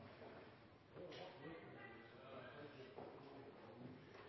då